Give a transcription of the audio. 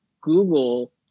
Google